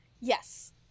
Yes